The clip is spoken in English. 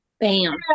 Bam